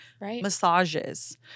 Massages